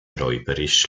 räuberisch